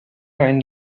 عند